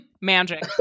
magic